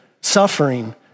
suffering